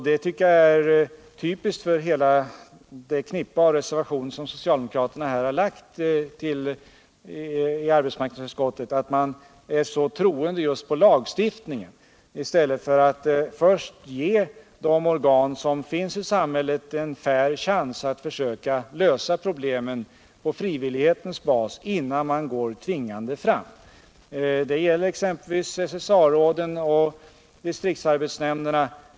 Jag tycker att det är typiskt för hela det knippe reservationer som sociuldemokraterna fogat till arbetsmarknadsutskottets betänkande att man är så troende Just på lagstiftningen, i stället för att ge de organ som finns i samhället en fair chans att försöka lösa problemen på frivillighetens bas innan man går tvingande fram. Det gäller exempelvis SSA råden och distriktsarbetsnämnderna.